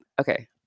okay